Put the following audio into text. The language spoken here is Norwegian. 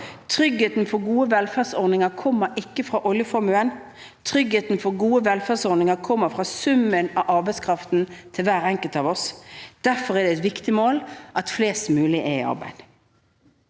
Tryggheten for gode velferdsordninger kommer ikke fra oljeformuen; tryggheten for gode velferdsordninger kommer fra summen av arbeidskraften til hver enkelt av oss. Derfor er det et viktig mål at flest mulig er i arbeid.